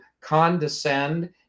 condescend